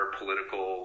political